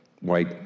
white